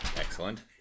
Excellent